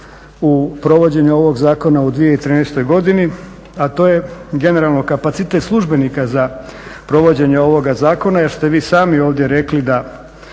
u provođenju zakona u 2013.godini, a to je generalno kapacitet službenika za provođenje ovoga zakona jer ste vi sami ovdje rekli da